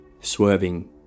swerving